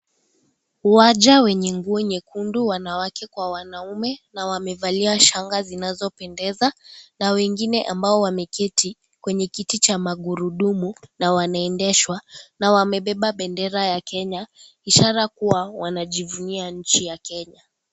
Uwanja wenye nguo nyekundu wanawake kwa wanaume, na wamevalia shanga zinazopendeza, na wengine ambao wameketi, kwenye kiti cha magurudumu, na wanaendeshwa, na wamebeba bendera ya Kenya, ishara kuwa, wanajivunia nchi ya Kenya.